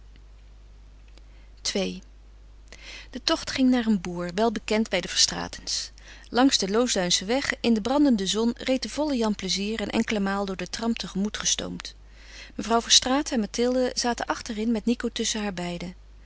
ii de tocht ging naar een boer welbekend bij de verstraetens langs den loosduinschen weg in de brandende zon reed de volle jan plezier een enkele maal door de tram tegemoet gestoomd mevrouw verstraeten en mathilde zaten achter in met nico tusschen haar beiden